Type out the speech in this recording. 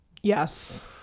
Yes